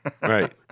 Right